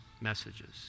messages